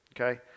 okay